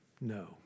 No